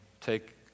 take